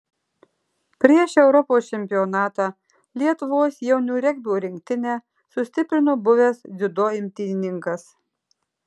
prieš europos čempionatą lietuvos jaunių regbio rinktinę sustiprino buvęs dziudo imtynininkas